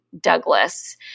Douglas